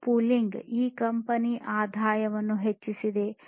car pooling ಈ company ಆದಾಯವನ್ನು ಹೆಚ್ಚಿಸಿದೆ